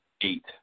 eight